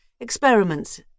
experiments